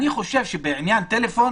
אני חושב שבעניין טלפון